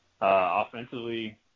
offensively